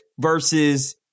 versus